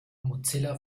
mozilla